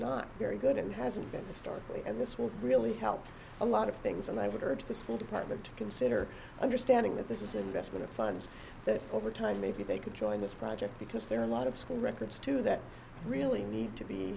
not very good and hasn't been historically and this will really help a lot of things and i would urge the school department to consider understanding that this is an investment of funds that over time maybe they could join this project because there are a lot of school records too that really need to be